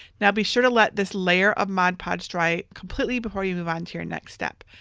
now be sure to let this layer of mod podge dry completely before you move onto your next step.